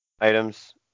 items